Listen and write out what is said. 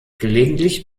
gelegentlich